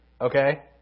Okay